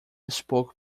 spoke